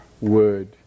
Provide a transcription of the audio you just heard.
Word